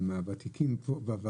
אני מהוותיקים כאן,